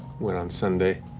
went on sunday.